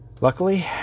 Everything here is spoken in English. Luckily